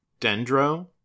dendro